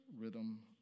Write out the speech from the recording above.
rhythm